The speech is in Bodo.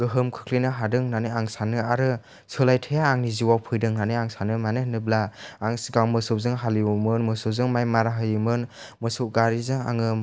गोहोम खोख्लैनो हादों होन्नानै आं सानो आरो सोलायथाया आंनि जिउआव फैदों होन्नानै आं सानो मानो होनोब्ला आं सिगां मोसौजों हालेवोमोन मोसौजों माइ मारा होयोमोन मोसौ गारिजों आङो